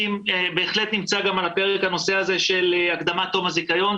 בהחלט נמצא גם על הפרק הנושא הזה של הקדמת תום הזיכיון,